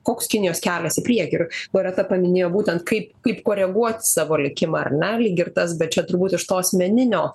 koks kinijos kelias į priekį ir loreta paminėjo būtent kaip kaip koreguoti savo likimą ar ne lyg ir tas bet čia turbūt iš to asmeninio